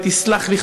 ותסלח לי,